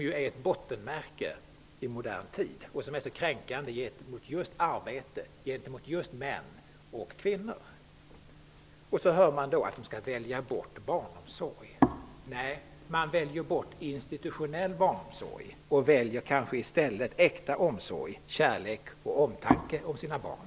Det är ett bottenmärke i modern tid och kränkande mot män och kvinnor. Då får man vidare höra att de skall välja bort barnomsorg. Nej, man väljer bort institutionell barnomsorg och väljer kanske i stället äkta omsorg, kärlek och omtanke om sina barn.